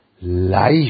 life